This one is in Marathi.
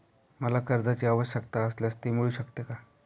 मला कर्जांची आवश्यकता असल्यास ते मिळू शकते का?